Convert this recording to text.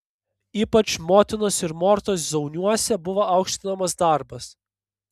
ypač motinos ir mortos zauniuose buvo aukštinamas darbas